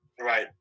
Right